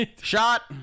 Shot